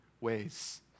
ways